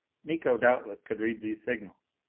miko doubtless could read these signals.